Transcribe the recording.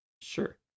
Sure